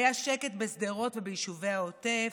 היה שקט בשדרות וביישובי העוטף,